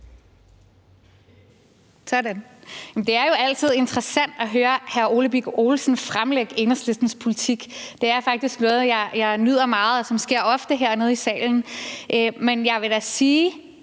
(EL): Det er jo altid interessant at høre hr. Ole Birk Olesen fremlægge Enhedslistens politik. Det er faktisk noget, jeg nyder meget, og som sker ofte hernede i salen. Men jeg vil da sige,